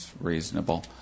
reasonable